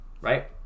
right